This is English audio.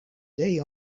day